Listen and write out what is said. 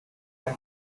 time